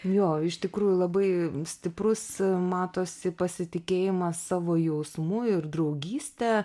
jo iš tikrųjų labai stiprus matosi pasitikėjimas savo jausmu ir draugyste